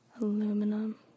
Aluminum